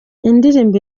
indirimbo